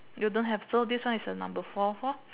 you don't have so this one is the number four four